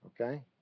Okay